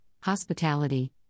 hospitality